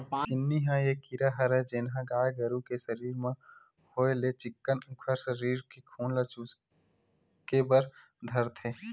किन्नी ह ये कीरा हरय जेनहा गाय गरु के सरीर म होय ले चिक्कन उखर सरीर के खून ल चुहके बर धरथे